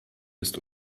ist